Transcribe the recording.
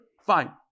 fine